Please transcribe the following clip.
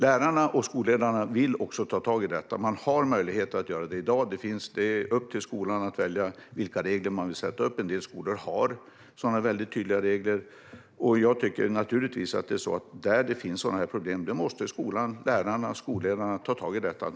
Lärarna och skolledarna vill också ta tag i detta, och man har möjlighet att göra det i dag. Det är upp till skolan att välja vilka regler man vill sätta upp. En del skolor har väldigt tydliga regler. Jag tycker naturligtvis att där det finns sådana här problem måste lärarna och skolledarna ta tag i det.